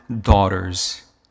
daughters